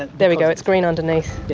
and there we go, it's green underneath.